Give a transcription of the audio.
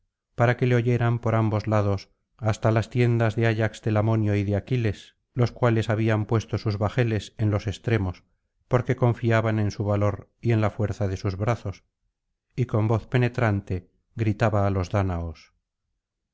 para que le oyeran por ambos lados hasta las tiendas de ayax telamonio y de aquiles los cuales habían puesto sus bajeles en los extremos porque confiaban en su valor y en la fuerza de sus brazos y con voz penetrante gritaba á los dáñaos